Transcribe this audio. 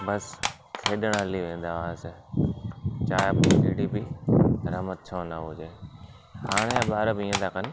बसि खेॾण हली वेंदा हुआसीं चाहे पोइ कहिड़ी बि क़यामत छो न हुजे हाणे जा ॿार बि हीअं था कनि